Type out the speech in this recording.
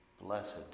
Blessed